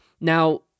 Now